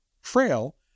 frail